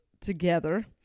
together